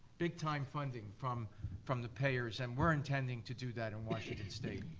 big time funding from from the payers and we're intending to do that in washington state.